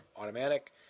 automatic